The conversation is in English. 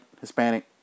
Hispanic